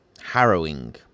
harrowing